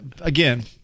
again